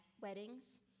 weddings